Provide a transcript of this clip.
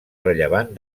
rellevant